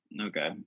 okay